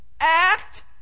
Act